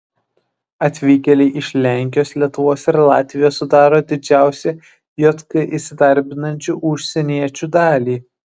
atvykėliai iš lenkijos lietuvos ir latvijos sudaro didžiausią jk įsidarbinančių užsieniečių dalį